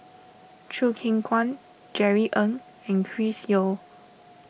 Choo Keng Kwang Jerry Ng and Chris Yeo